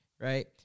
right